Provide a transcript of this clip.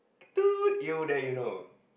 toot you then you know